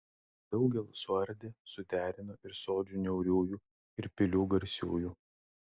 daugel suardė suderino ir sodžių niauriųjų ir pilių garsiųjų